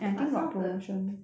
but some of the